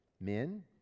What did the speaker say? Men